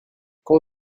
quand